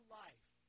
life